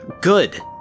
Good